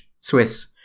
Swiss